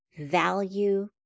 value